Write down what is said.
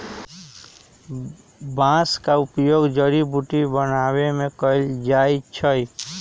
बांस का उपयोग जड़ी बुट्टी बनाबे में कएल जाइ छइ